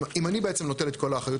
אם אני בעצם נוטל את כל האחריות,